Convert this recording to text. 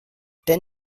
der